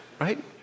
right